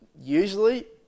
Usually